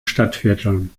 stadtvierteln